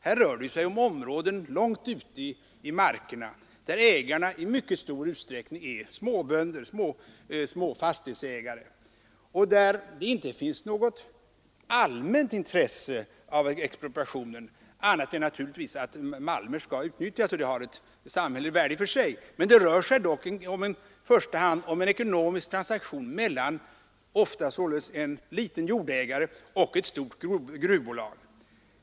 Här rör det sig ju om områden långt ute i markerna, där ägarna i mycket stor utsträckning är småbönder, små fastighetsägare, och där det inte finns något allmänt intresse av en expropriation annat än att malmer naturligtvis skall utnyttjas, vilket har ett värde för samhället. Men det rör sig dock i första hand om en ekonomisk transaktion mellan en liten jordägare och ett stort gruvbolag.